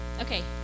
Okay